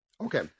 Okay